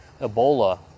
Ebola